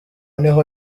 niho